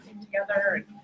together